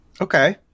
okay